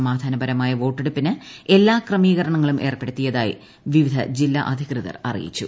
സമാധാനപരമായ വോട്ടെടുപ്പിന് എല്ലാ ക്രമീകരണങ്ങളും ഏർപ്പെടുത്തിയതായി വിവിധ ജില്ലാ അധികൃതർ അറിയിച്ചു